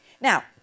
Now